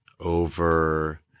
over